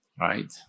right